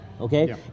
okay